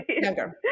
younger